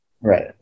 Right